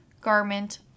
garment